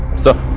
sir.